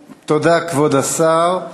תודה, כבוד השר.